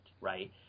right